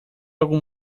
algum